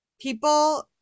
People